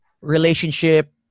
relationship